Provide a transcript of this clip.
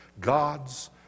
God's